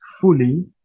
fully